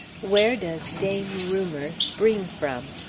where does dame rumor spring from?